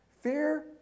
Fear